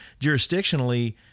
jurisdictionally